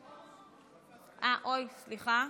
סליחה.